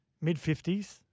Mid-50s